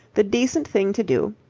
the decent thing to do,